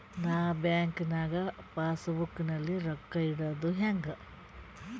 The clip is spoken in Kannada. ನಾ ಬ್ಯಾಂಕ್ ನಾಗ ಪಾಸ್ ಬುಕ್ ನಲ್ಲಿ ರೊಕ್ಕ ಇಡುದು ಹ್ಯಾಂಗ್?